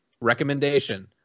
Recommendation